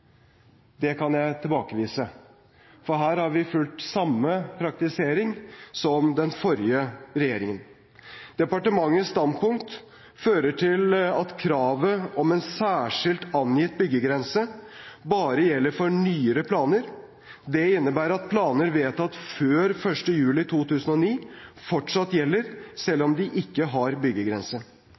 Det kan jeg tilbakevise. Her har vi fulgt samme praktisering som den forrige regjeringen. Departementets standpunkt fører til at kravet om en særskilt angitt byggegrense bare gjelder for nyere planer. Det innebærer at planer vedtatt før 1. juli 2009, fortsatt gjelder selv om de ikke har byggegrense.